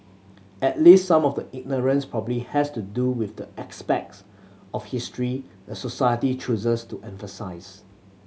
at least some of the ignorance probably has to do with the aspects of history a society chooses to emphasise